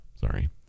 Sorry